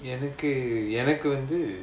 எனக்கு எனக்கு வந்து:enakku enakku vandhu